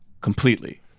completely